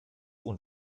und